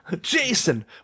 Jason